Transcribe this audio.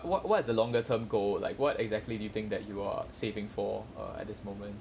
what what's the longer term goal like what exactly do you think that you are saving for err at this moment